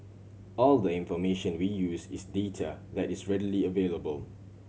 all the information we use is data that is readily available